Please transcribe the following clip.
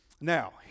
Now